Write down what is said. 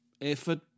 Effort